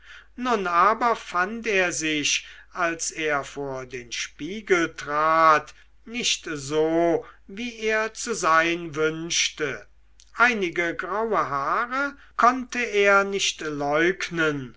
nun aber fand er sich als er vor den spiegel trat nicht so wie er zu sein wünschte einige graue haare konnte er nicht leugnen